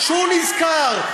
כשהוא נזכר,